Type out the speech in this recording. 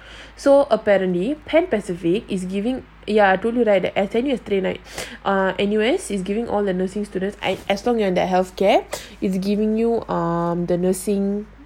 so apparently pan pacific is giving I told you righ I attended yesterday night err N_U_S is giving all the nursing students as long and that health care is giving you um the nursing